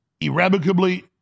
irrevocably